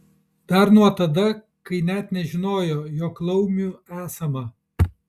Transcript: dar nuo tada kai net nežinojo jog laumių esama